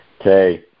Okay